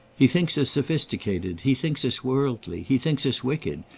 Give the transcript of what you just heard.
he thinks us sophisticated, he thinks us worldly, he thinks us wicked,